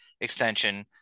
extension